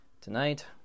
Tonight